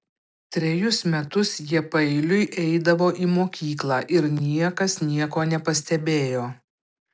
trejus metus jie paeiliui eidavo į mokyklą ir niekas nieko nepastebėjo